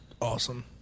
awesome